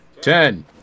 Ten